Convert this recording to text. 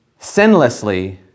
sinlessly